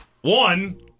one